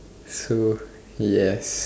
so yes